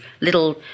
little